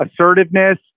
assertiveness